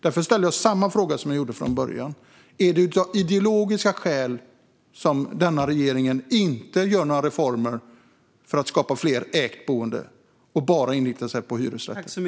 Därför ställer jag samma fråga som jag ställde från början: Är det av ideologiska skäl som denna regering inte gör några reformer för att skapa fler bostäder för ägt boende utan bara inriktar sig på hyresrätter?